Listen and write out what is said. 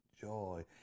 joy